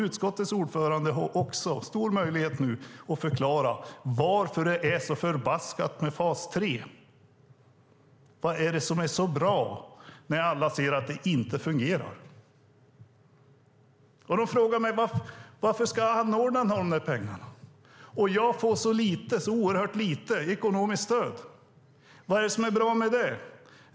Utskottets ordförande har nu möjlighet att förklara varför det är så bra med fas 3. Vad är det som är så bra när alla ser att det inte fungerar? Man frågar mig: Varför ska anordnaren ha pengarna och jag få så oerhört lite ekonomiskt stöd? Vad är det som är bra med det?